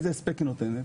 ואיזה הספק היא נותנת,